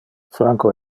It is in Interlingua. franco